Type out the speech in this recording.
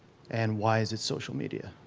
and why is it social media?